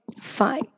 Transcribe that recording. fine